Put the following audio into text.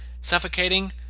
Suffocating